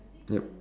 yup